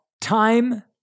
time